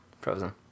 Frozen